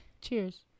Cheers